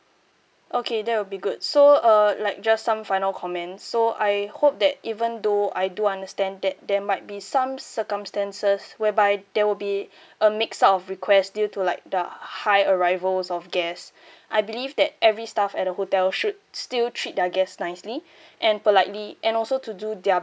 okay that will be good so uh like just some final comments so I hope that even though I do understand that there might be some circumstances whereby there will be a mixed up of requests due to like the high arrivals of guests I believe that every staff at the hotel should still treat their guests nicely and politely and also to do their